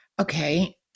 Okay